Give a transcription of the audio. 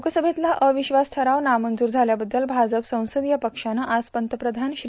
लोकसमेतला अविश्वास ठ्यव नामंजूर झाल्याबद्दल भाजप संसदीय पक्षावे आज पंतप्रधान श्री